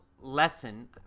lesson